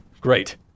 Great